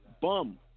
bum